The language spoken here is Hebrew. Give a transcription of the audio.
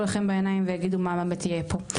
לכם בעיניים ויגידו מה באמת יהיה פה.